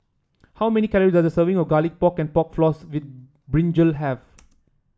how many calories does a serving of Garlic Pork and Pork Floss with brinjal have